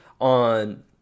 on